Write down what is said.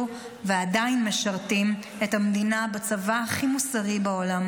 היא הצביעה בעד.